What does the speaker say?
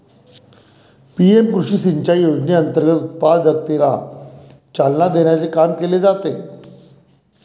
PM Krishi Sinchai योजनेअंतर्गत उत्पादकतेला चालना देण्याचे काम केले जाते